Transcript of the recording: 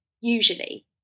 usually